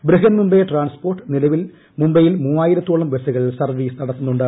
Brihan Mumbai transport നിലവിൽ മുംബ്ലൈയിൽ മൂവായിരത്തോളം ബസ്സുകൾ സർവീസ് നടത്തുന്നുണ്ട്